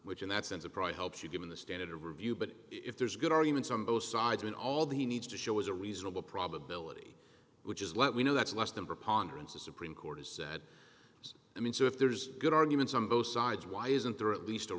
which in that sense of pride helps you given the standard of review but if there's good arguments on both sides when all he needs to show is a reasonable probability which is let we know that's less than preponderance of supreme court has said so i mean so if there's good arguments on both sides why isn't there at least a